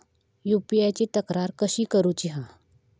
UPI ची तक्रार कशी करुची हा?